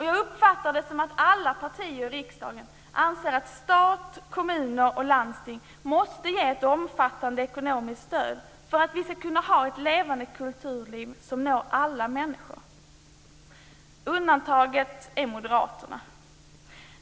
Jag uppfattar det som att alla partier i riksdagen anser att stat, kommuner och landsting måste ge ett omfattande ekonomiskt stöd för att vi ska kunna ha ett levande kulturliv som når alla människor. Undantaget är moderaterna.